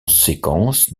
séquence